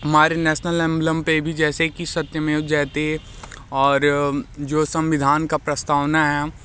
हमारे national emblem पे भी जैसे कि सत्यमेव जयते और जो संविधान का प्रस्तावना है